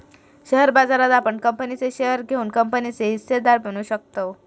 share बाजारात आपण कंपनीचे शेअर घेऊन कंपनीचे हिस्सेदार बनू शकताव